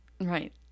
right